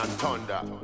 Thunder